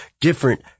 different